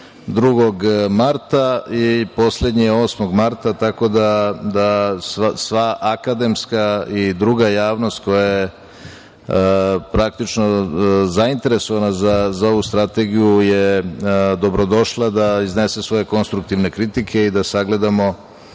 2. marta i poslednji je 8. marta, tako da sva akademska i druga javnost koja je praktično zainteresovana za ovu strategiju je dobrodošla da iznese svoje konstruktivne kritike i da sagledamo